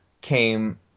came